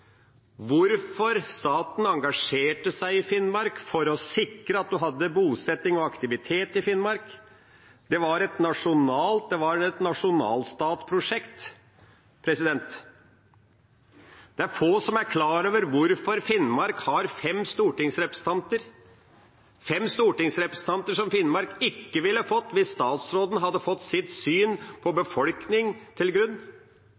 hvorfor staten engasjerte seg i Finnmark for å sikre at en hadde bosetting og aktivitet i Finnmark. Det var et nasjonalstatsprosjekt. Det er få som er klar over hvorfor Finnmark har fem stortingsrepresentanter – fem stortingsrepresentanter som Finnmark ikke ville ha fått hvis statsråden hadde fått sitt syn på befolkning lagt til grunn.